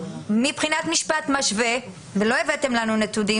מבחינת משפט משווה ולא הבאתם לנו נתונים